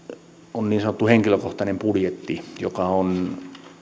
on niin sanottu henkilökohtainen budjetti joka on